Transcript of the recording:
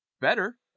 Better